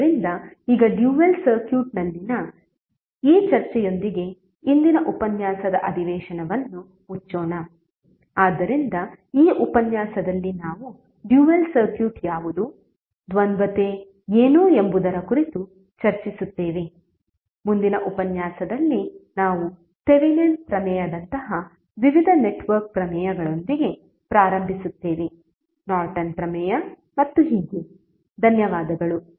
ಆದ್ದರಿಂದ ಈಗ ಡ್ಯುಯಲ್ ಸರ್ಕ್ಯೂಟ್ನಲ್ಲಿನ ಈ ಚರ್ಚೆಯೊಂದಿಗೆ ಇಂದಿನ ಉಪನ್ಯಾಸದ ಅಧಿವೇಶನವನ್ನು ಮುಚ್ಚೋಣ ಆದ್ದರಿಂದ ಈ ಉಪನ್ಯಾಸದಲ್ಲಿ ನಾವು ಡ್ಯುಯಲ್ ಸರ್ಕ್ಯೂಟ್ ಯಾವುದು ದ್ವಂದ್ವತೆ ಏನು ಎಂಬುದರ ಕುರಿತು ಚರ್ಚಿಸುತ್ತೇವೆ ಮುಂದಿನ ಉಪನ್ಯಾಸದಲ್ಲಿ ನಾವು ಥೆವೆನಿನ್ ಪ್ರಮೇಯದಂತಹ ವಿವಿಧ ನೆಟ್ವರ್ಕ್ ಪ್ರಮೇಯಗಳೊಂದಿಗೆ ಪ್ರಾರಂಭಿಸುತ್ತೇವೆ ನಾರ್ಟನ್ ಪ್ರಮೇಯ ಮತ್ತು ಹೀಗೆ ಧನ್ಯವಾದಗಳು